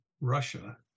Russia